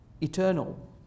eternal